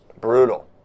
Brutal